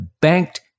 banked